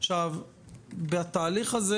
בתהליך הזה